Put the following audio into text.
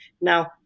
Now